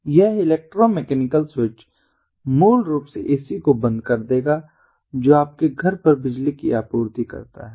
यह electromechanical switch मूल रूप से एसी को बंद कर देगा जो आपके घर पर बिजली की आपूर्ति करता है